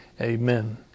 Amen